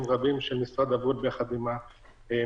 רבים של משרד הבריאות יחד עם המשטרה.